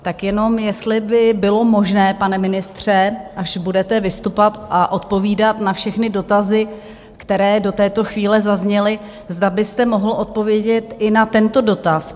Tak jenom jestli by bylo možné, pane ministře, až budete vystupovat a odpovídat na všechny dotazy, které do této chvíle zazněly, zda byste mohl odpovědět i na tento dotaz?